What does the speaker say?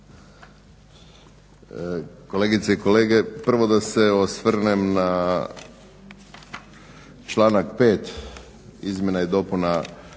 Kolegice i kolege prvo da se osvrnem na članak 5. izmjena i dopuna